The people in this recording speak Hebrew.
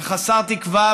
חסר תקווה,